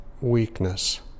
weakness